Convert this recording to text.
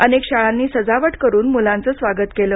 अनेक शाळांनी सजावट करून मुलांच स्वागत केलं